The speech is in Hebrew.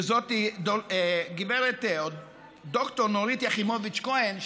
שזאת ד"ר נורית יכימוביץ-כהן,